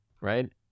right